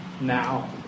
now